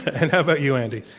and how about you, andy?